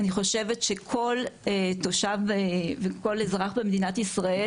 אני חושבת שכל תושב וכל אזרח במדינת ישראל,